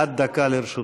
עד דקה לרשותך.